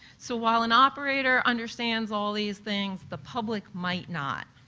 so while an operator understands all these things, the public might not.